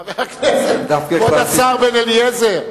חבר הכנסת, כבוד השר בן-אליעזר,